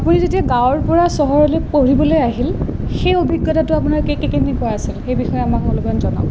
আপুনি যেতিয়া গাঁৱৰ পৰা চহৰলৈ পঢ়িবলৈ আহিল সেই অভিজ্ঞতাটো আপোনাৰ কেনেকুৱা আছিল সেই বিষয়ে আমাক অলপমান জনাওঁক